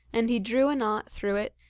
and he drew a knot through it,